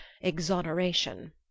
exoneration